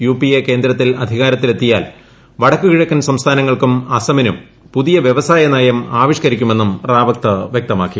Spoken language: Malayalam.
യു പി എ കേന്ദ്രത്തിൽ അധികാരത്തിലെത്തിയാൽ വടക്കു കിഴക്കൻ സംസ്ഥാനങ്ങൾക്കും അസമിനും പുതിയ വൃവസായ നയം ആവിഷ്ക്കരിക്കുമെന്നും റാവത്ത് വ്യക്തമാക്കി